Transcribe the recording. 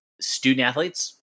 student-athletes